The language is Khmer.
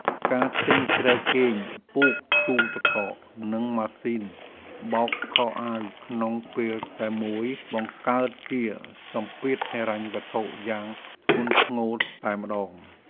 ការទិញគ្រែគេងពូកទូទឹកកកនិងម៉ាស៊ីនបោកខោអាវក្នុងពេលតែមួយបង្កើតជាសម្ពាធហិរញ្ញវត្ថុយ៉ាងធ្ងន់ធ្ងរតែម្ដង។